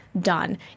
done